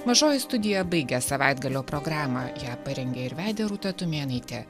mažoji studija baigia savaitgalio programą ją parengė ir vedė rūta tumėnaitė